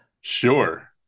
Sure